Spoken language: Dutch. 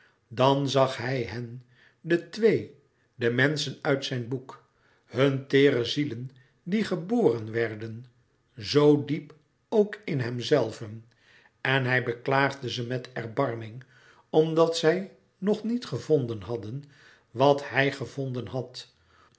dan zag hij hen de twee de menschen uit zijn boek hun teêre zielen die geboren werden zoo diep ook in hemzelven en hij beklaagde ze met erbarming omdat zij nog niet gevonden hadden wat hij gevonden had